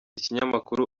kinyamakuru